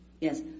Yes